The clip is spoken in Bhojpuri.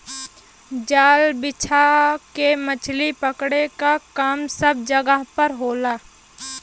जाल बिछा के मछरी पकड़े क काम सब जगह पर होला